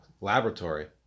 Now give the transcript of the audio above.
laboratory